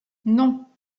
non